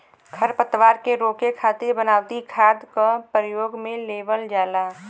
खरपतवार के रोके खातिर बनावटी खाद क परयोग में लेवल जाला